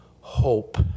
hope